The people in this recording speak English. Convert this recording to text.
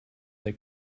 they